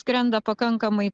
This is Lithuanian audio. skrenda pakankamai